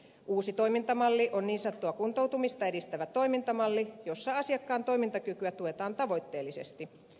uusi toimintamalli on niin sanottua kuntoutumista edistävä toimintamalli jossa asiakkaan toimintakykyä tuetaan tavoitteellisesti